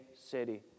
city